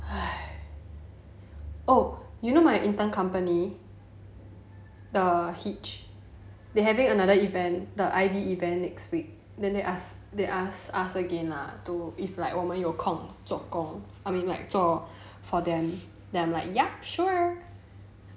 oh you know my intern company the hitch they having another event the I_D event next week then they ask us again lah to if like 我们有空做工 I mean like 做 for them then I'm like ya sure